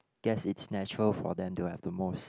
guess it's natural for them to have the most